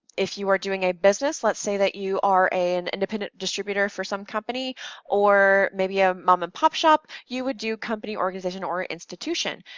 if you are doing a business, let's say that you are an independent distributor for some company or maybe a mom and pop shop, you would do company, organization or institution.